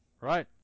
right